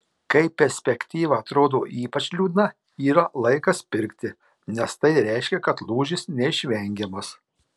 kai perspektyva atrodo ypač liūdna yra laikas pirkti nes tai reiškia kad lūžis neišvengiamas